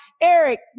Eric